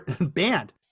banned